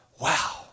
wow